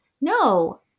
No